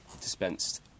dispensed